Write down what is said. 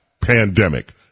pandemic